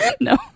No